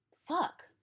fuck